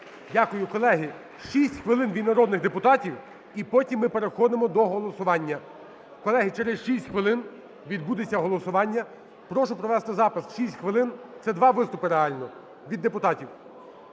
Дякую. Колеги, 6 хвилин від народних депутатів і потім ми переходимо до голосування. Колеги, через 6 хвилин відбудеться голосування. Прошу провести запис, 6 хвилин – це два виступи реально від депутатів.